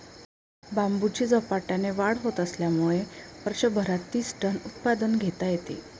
बांबूची झपाट्याने वाढ होत असल्यामुळे वर्षभरात तीस टन उत्पादन घेता येते